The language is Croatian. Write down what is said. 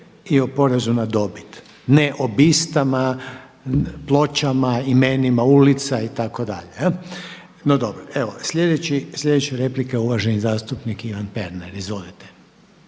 i o porezu na dobit, ne o bistama, pločama, imenima ulica itd. no dobro. Sljedeća replika uvaženi zastupnik Ivan Pernar. Izvolite.